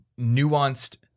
nuanced